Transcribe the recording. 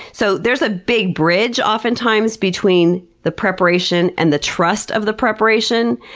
so there's a big bridge often times between the preparation and the trust of the preparation,